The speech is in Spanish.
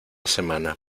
semana